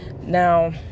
Now